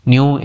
New